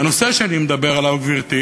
והנושא שאני מדבר עליו, גברתי,